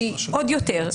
שזה עוד יותר.